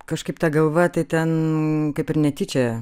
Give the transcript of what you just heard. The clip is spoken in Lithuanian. kažkaip ta galva tai ten kaip ir netyčia